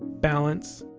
balance,